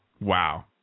Wow